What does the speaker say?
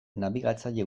nabigatzaile